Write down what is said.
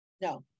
no